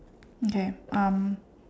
okay um